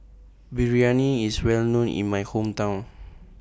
Biryani IS Well known in My Hometown